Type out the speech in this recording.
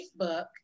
Facebook